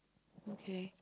okay